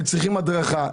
הם צריכים הדרכה,